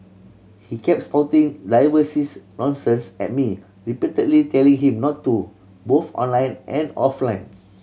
he kept spouting nonsense and me repeatedly telling him not to both online and offline